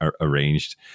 arranged